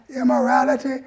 immorality